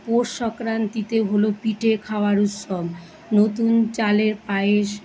পৌষ সংক্রান্তিতে হলো পিঠে খাওয়ার উৎসব নতুন চালের পায়েস